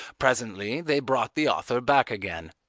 presently they brought the author back again.